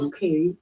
Okay